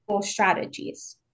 strategies